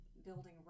building